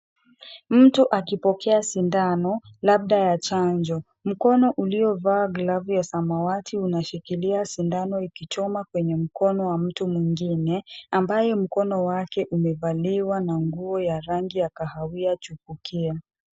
Mtu akipokea sindano, labda ya chanjo. Mkono uliovaa glavu ya samawati unashikilia sindano ikichoma kwenye mkono wa mtu mwingine, ambaye mkono wake umevaliwa na nguo ya rangi ya kahawia chupukia.